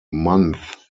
month